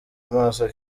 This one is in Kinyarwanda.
amaso